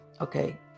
Okay